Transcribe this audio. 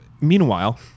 meanwhile